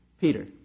Peter